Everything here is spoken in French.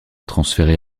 transféré